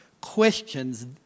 questions